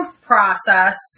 process